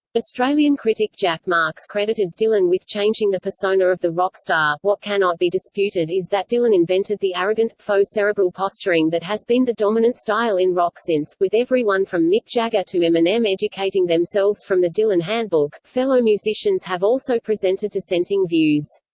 australian critic jack marx credited dylan with changing the persona of the rock star what cannot be disputed is that dylan invented the arrogant, faux-cerebral posturing that has been the dominant style in rock since, with everyone from mick jagger to eminem educating themselves from the dylan handbook. fellow musicians have also presented dissenting views.